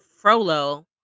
Frollo